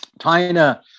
China